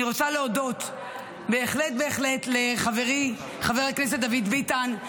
אני רוצה להודות בהחלט בהחלט לחברי חבר הכנסת דוד ביטן,